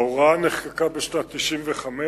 ההוראה נחקקה בשנת 1995,